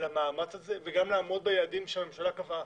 למאמץ הזה וגם לעמוד ביעדים שהממשלה קבעה.